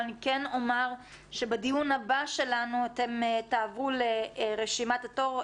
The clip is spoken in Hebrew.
אבל אני כן אומר שבדיון הבא שלנו אתם תעברו לראש רשימת התור,